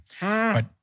But-